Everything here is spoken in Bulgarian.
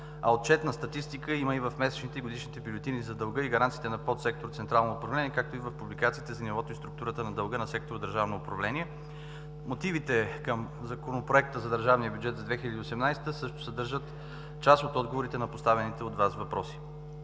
отчетна статистика има в месечните и в годишните бюлетини за дълга и гаранциите на подсектор „Централно управление“, както и в публикациите за нивото и структурата на дълга на сектор „Държавно управление“. Мотивите към Законопроекта за държавния бюджет за 2018 г. също съдържат част от отговорите на поставените от Вас въпроси.